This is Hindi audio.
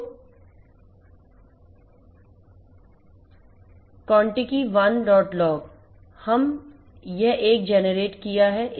तो बिल्ली के आँकड़े 1log हम यह एक generate किया है